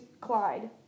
Clyde